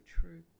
true